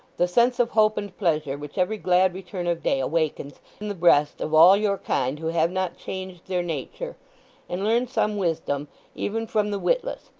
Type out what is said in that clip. the sense of hope and pleasure which every glad return of day awakens in the breast of all your kind who have not changed their nature and learn some wisdom even from the witless,